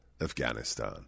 Afghanistan